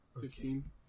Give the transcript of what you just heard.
fifteen